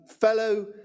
fellow